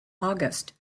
august